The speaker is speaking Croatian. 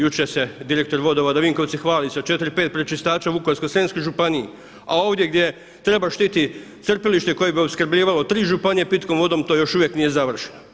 Jučer se direktor Vodovoda Vinkovci hvali sa 4,5 pročistača u Vukovarsko-srijemskoj županiji, a ovdje gdje treba štiti crpilište koje bi opskrbljivalo tri županije pitkom vodom, to još uvijek nije završeno.